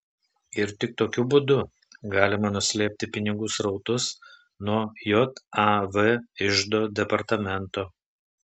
ir tik tokiu būdu galima nuslėpti pinigų srautus nuo jav iždo departamento